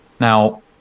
Now